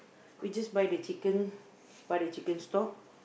you just buy the chicken buy the chicken stock